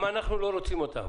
גם אנחנו לא רוצים אותם,